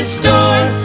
store